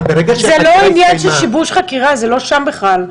זה לא עניין של שיבוש חקירה, זה לא שם בכלל.